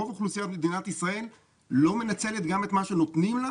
רוב אוכלוסיית מדינת ישראל לא מנצלת גם את מה שנותנים לה.